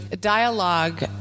dialogue